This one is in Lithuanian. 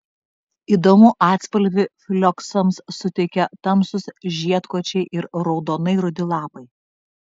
įdomų atspalvį flioksams suteikia tamsūs žiedkočiai ir raudonai rudi lapai